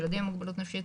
ילדים עם מוגבלות נפשית,